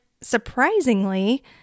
surprisingly